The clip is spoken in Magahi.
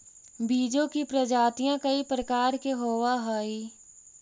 बीजों की प्रजातियां कई प्रकार के होवअ हई